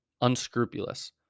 unscrupulous